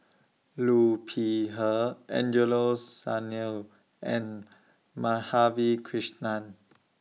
Liu Peihe Angelo Sanelli and Madhavi Krishnan